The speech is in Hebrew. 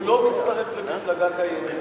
הוא לא מצטרף למפלגה קיימת,